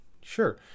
sure